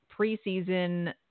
preseason